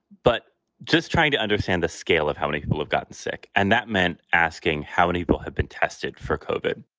but just trying to understand the scale of how many people have gotten sick. and that meant asking how many people have been tested for copd